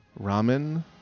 Ramen